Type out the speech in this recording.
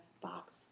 box